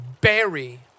berry